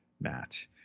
Matt